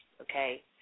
okay